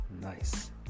Nice